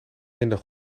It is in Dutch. minder